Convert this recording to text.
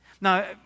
Now